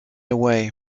away